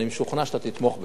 ואני משוכנע שאתה תתמוך בזה.